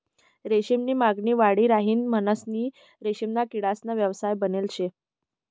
रेशीम नी मागणी वाढी राहिनी म्हणीसन रेशीमना किडासना व्यवसाय बनेल शे